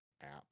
app